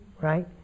right